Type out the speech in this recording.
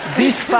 this but